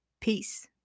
Peace